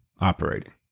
operating